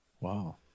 Wow